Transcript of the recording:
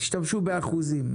תשתמשו באחוזים,